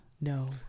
No